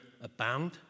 abound